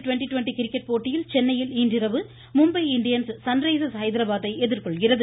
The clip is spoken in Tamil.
ட்வெண்ட்டி ட்வெண்ட்டி கிரிக்கெட் போட்டியில் சென்னையில் இன்றிரவு மும்பை இண்டியன்ஸ் சன்ரைசா்ஸ் ஹைதராபாத்தை எதிா்கொள்கிறது